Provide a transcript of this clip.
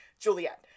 Juliet